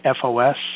FOS